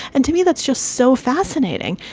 and to me, that's just so fascinating.